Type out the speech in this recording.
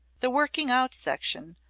the working-out section,